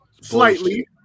Slightly